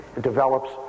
develops